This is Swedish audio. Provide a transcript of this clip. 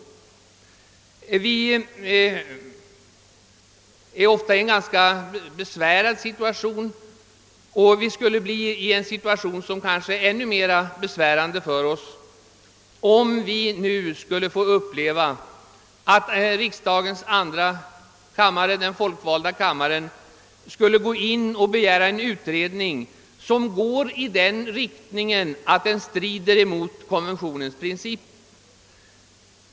Vi befinner oss då ofta i en ganska besvärande situation, vilken kanske skulle bli ännu mera besvärande för oss om vi finge uppleva att den folkvalda kammaren begär en utredning i en riktning som strider mot konventionens principer.